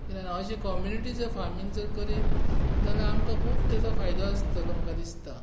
अशें community farming जर करीत जाल्यार आमकां खूब ताचो फायदो आसतलो म्हाका दिसता